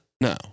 No